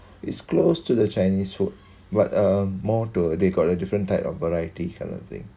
it's close to the chinese food but um more to they got a different type of variety kind of thing